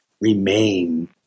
remain